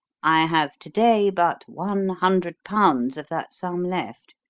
i have to-day but one hundred pounds of that sum left.